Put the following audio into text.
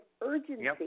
urgency